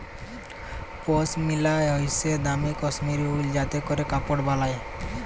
পশমিলা হইসে দামি কাশ্মীরি উল যাতে ক্যরে কাপড় বালায়